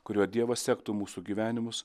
kuriuo dievas sektų mūsų gyvenimus